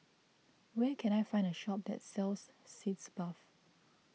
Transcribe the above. where can I find a shop that sells Sitz Bath